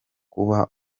kuba